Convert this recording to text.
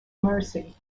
mercy